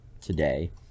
today